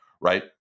right